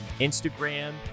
Instagram